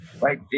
Right